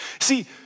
See